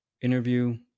interview